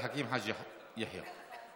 חבר הכנסת עבד אל חכים חאג' יחיא.